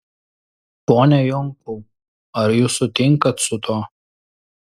pone jonkau ar jūs sutinkat su tuo